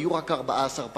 היו רק 14 פקחים,